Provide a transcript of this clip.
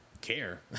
care